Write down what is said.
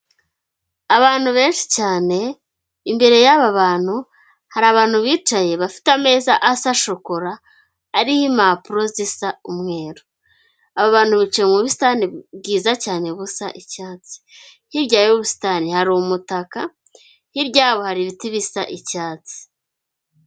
Abantu benshi cyane, imbere y'aba bantu hari abantu bicaye bafite ameza asa shokora ariho impapuro zisa umweru, aba bantu bicaye mu busitani bwiza cyane busa icyatsi. Hirya y'ubu busitani hari umutaka hirya yabo hari ibiti bisa icyatsi.